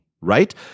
right